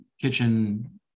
kitchen